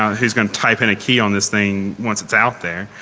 who is going to type in a key on this thing once it's out there?